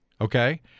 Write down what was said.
Okay